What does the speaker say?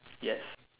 yes